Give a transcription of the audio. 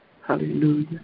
Hallelujah